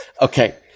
Okay